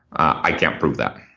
i can't prove that,